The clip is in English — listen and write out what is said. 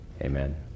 Amen